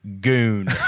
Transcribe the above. goon